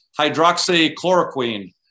hydroxychloroquine